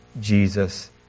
Jesus